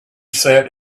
sat